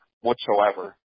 whatsoever